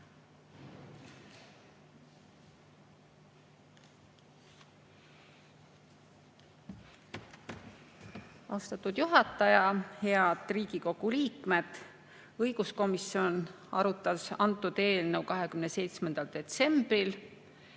Austatud juhataja! Head Riigikogu liikmed! Õiguskomisjon arutas seda eelnõu 27. septembril.